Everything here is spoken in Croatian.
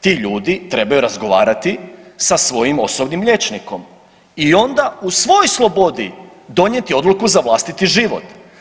Ti ljudi trebaju razgovarati sa svojim osobnim liječnikom i onda u svoj slobodi donijeti odluku za vlastiti život.